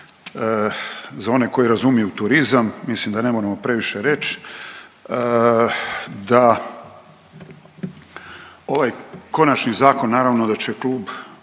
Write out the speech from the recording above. Za one koji razumiju turizam mislim da ne moramo previše reć da ovaj konačni zakon naravno da će klub